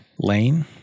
Lane